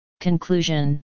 Conclusion